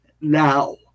now